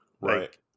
Right